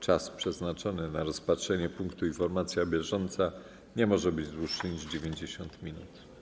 Czas przeznaczony na rozpatrzenie punktu: Informacja bieżąca nie może być dłuższy niż 90 minut.